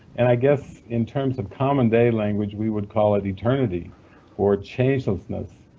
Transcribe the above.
and i guess in terms of common day language we would call it eternity or changelessness,